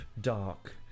dark